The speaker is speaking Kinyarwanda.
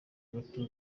gato